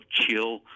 chill